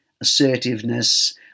assertiveness